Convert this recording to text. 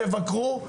תבקרו,